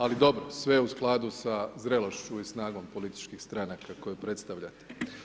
Ali dobro, sve u skladu sa zrelošću i snagom političkih stranaka koje predstavljate.